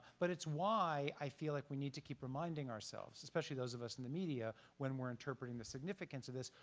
but it's why i feel like we need to keep reminding ourselves, especially those of us in the media when we're interpreting the significance of this,